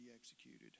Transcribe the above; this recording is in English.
executed